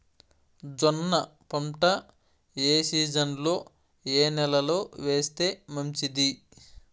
జొన్న పంట ఏ సీజన్లో, ఏ నెల లో వేస్తే మంచిది?